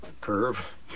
curve